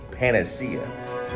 Panacea